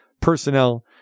personnel